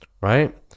right